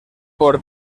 por